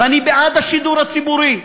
ואני בעד השידור הציבורי.